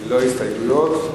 ללא הסתייגויות.